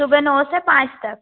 सुबह नौ से पाँच तक